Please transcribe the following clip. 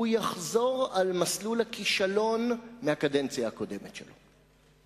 הוא יחזור על מסלול הכישלון מהקדנציה הקודמת שלו.